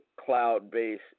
cloud-based